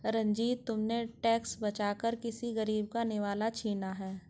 रंजित, तुमने टैक्स बचाकर किसी गरीब का निवाला छीना है